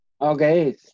okay